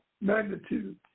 magnitude